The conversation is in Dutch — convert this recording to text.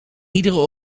iedere